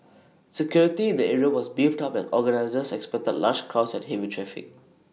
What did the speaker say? security in the area was beefed up as organisers expected large crowds and heavy traffic